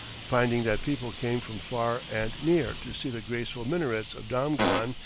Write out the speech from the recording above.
finding that people came from far and near to see the graceful minarets of damghan,